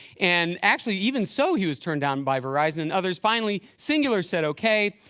and actually, even so, he was turned down by verizon and others. finally cingular said ok.